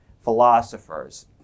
philosophers